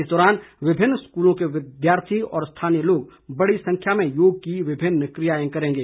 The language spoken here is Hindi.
इस दौरान विभिन्न स्कूलों के विद्यार्थी और स्थानीय लोग बड़ी संख्या में योग की विभिन्न क्रियाएं करेंगे